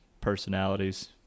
Personalities